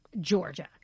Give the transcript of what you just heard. georgia